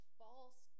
false